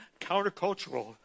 countercultural